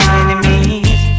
enemies